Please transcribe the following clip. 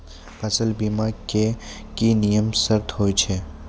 फसल बीमा के की नियम सर्त होय छै?